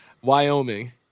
Wyoming